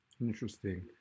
Interesting